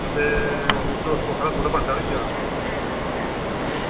ते दौ हारा बड्डा होई जा